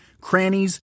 crannies